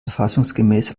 verfassungsgemäß